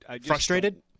Frustrated